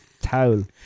Towel